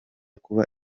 kuba